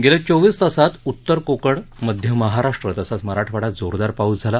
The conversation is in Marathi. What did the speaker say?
गेल्या चोवीस तासात उत्तर कोकण मध्य महाराष्ट्र तसंच मराठवाड्यात जोरदार पाऊस झाला